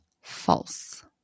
False